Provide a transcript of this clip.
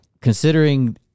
considering